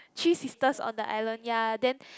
three sisters on the island ya then